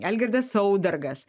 algirdas saudargas